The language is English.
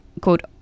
quote